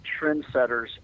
trendsetters